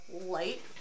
light